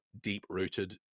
deep-rooted